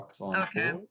Okay